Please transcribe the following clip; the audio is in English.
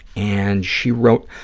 and she wrote,